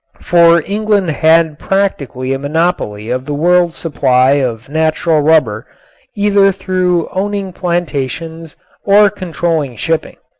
for england had practically a monopoly of the world's supply of natural rubber either through owning plantations or controlling shipping.